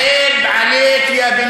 (אומר בערבית: